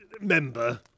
member